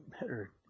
better